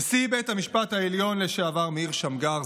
נשיא בית המשפט העליון לשעבר מאיר שמגר,